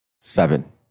seven